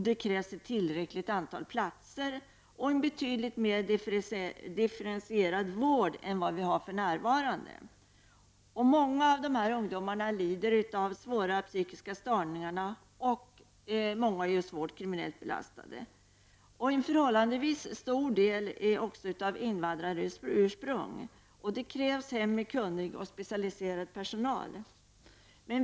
Det krävs ett tillräckligt antal platser och en betydligt mer differentierad vård än den vi har för närvarande. Många av dessa ungdomar lider av svåra psykiska störningar och är svårt kriminellt belastade. En förhållandevis stor del är av invandrarursprung. Det krävs hem med kunnig och specialiserad personal.